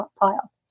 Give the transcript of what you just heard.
pile